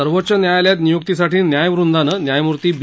सर्वोच्च न्यायालयात नियुक्तीसाठी न्यायवृंदाने न्यायमूर्ती बी